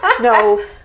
No